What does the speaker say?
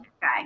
guy